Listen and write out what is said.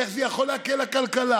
איך זה יכול להקל על הכלכלה.